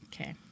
Okay